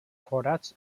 forats